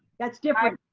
that's different.